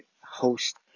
host